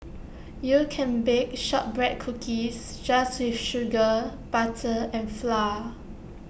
you can bake Shortbread Cookies just with sugar butter and flour